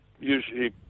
usually